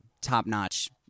top-notch